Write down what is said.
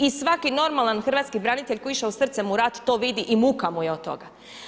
I svaki normalan hrvatski branitelj koji je išao srcem u rat to vidi i muka mu je od toga.